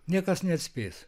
niekas neatspės